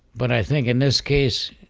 but i think in this case,